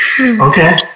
Okay